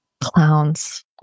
Clowns